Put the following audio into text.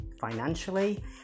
financially